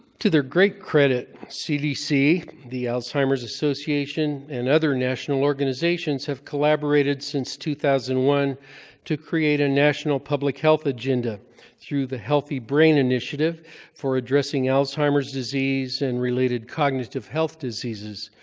to their great credit, cdc, the alzheimer's association, and other national organizations have collaborated since two thousand and one to create a national public health agenda through the healthy brain initiative for addressing alzheimer's disease and related cognitive health diseases.